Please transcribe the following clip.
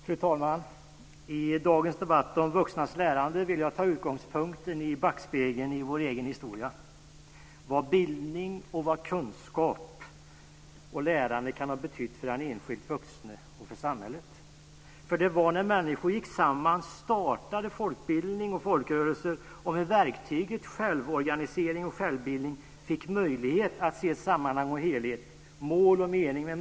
Fru talman! I dagens debatt om vuxnas lärande vill jag ta utgångspunkten i backspegeln, i vår egen historia - vad bildning, kunskap och lärande kan ha betytt för den enskilde vuxne och för samhället. Det var när människor gick samman som folkbildning och folkrörelser startade. Verktyget självorganisering och självbildning gjorde det möjligt att se sammanhang och helhet samt mål och mening.